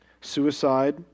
suicide